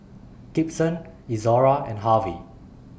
Gibson Izora and Harvy